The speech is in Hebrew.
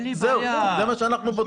זה מה שאנחנו בודקים.